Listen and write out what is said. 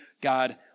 God